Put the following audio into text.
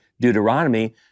Deuteronomy